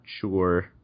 sure